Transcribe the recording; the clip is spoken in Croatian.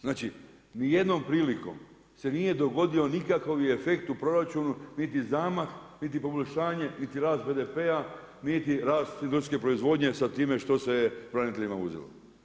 Znači nijednom prilikom se nije dogodio nikakav efekt u proračunu niti zamah niti poboljšanje niti rast BDP-a niti rast industrijske proizvodnje sa time što se je braniteljima uzelo.